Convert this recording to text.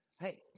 Hey